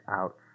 out